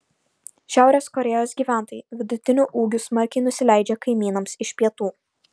šiaurės korėjos gyventojai vidutiniu ūgiu smarkiai nusileidžia kaimynams iš pietų